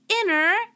inner